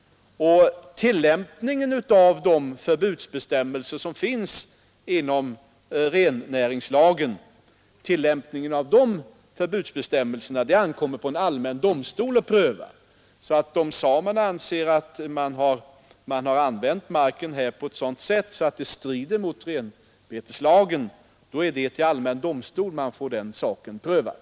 Tillämpningen av de förbudsbestämmelser som finns i den ankommer på en allmän domstol att pröva. Om samerna anser att man har använt marken på ett sådant sätt att det strider mot renbeteslagen, är det alltså hos allmän domstol de får den saken prövad.